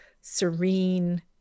serene